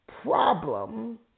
problem